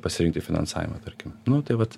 pasirinkti finansavimą tarkim nu tai vat